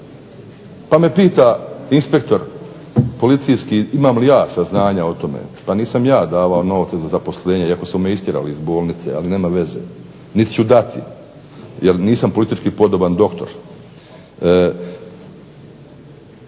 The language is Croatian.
Pa me pita inspektor policijski imam li ja saznanja o tome, pa nisam ja davao novce za zaposlenje iako su me istjerali iz bolnice, ali nema veze niti ću dati jer nisam politički podoban doktor.